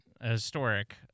historic